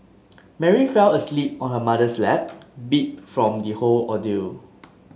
Mary fell asleep on her mother's lap beat from the whole ordeal